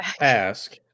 ask